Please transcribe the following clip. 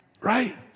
Right